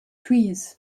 trees